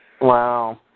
Wow